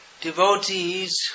devotees